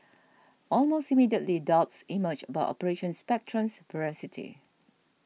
almost immediately doubts emerged about Operation Spectrum's veracity